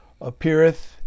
appeareth